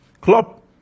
Klopp